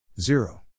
Zero